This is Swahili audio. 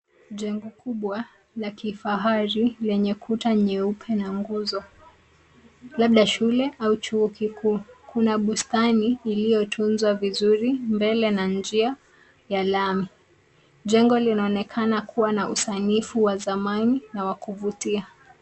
Jengo kubwa la kifahari lenye kuta nyeupe na nguzo, labda shule au chuo kikuu. Kuna bustani iliyotunzwa vizuri mbele na njia ya lami. Jengo linaonekana kuwa na usanifu wa zamani na wa kufutia.